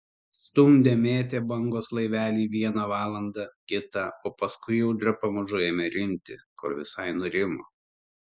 stumdė mėtė bangos laivelį vieną valandą kitą o paskui audra pamažu ėmė rimti kol visai nurimo